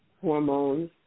hormones